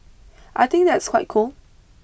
I think that's quite cool